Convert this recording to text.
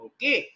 Okay